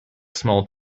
small